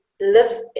live